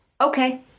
okay